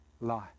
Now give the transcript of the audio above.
lie